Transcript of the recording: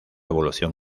evolución